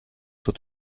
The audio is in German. zur